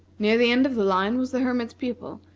near the end of the line was the hermit's pupil,